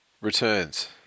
returns